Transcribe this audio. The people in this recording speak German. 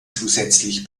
zusätzlich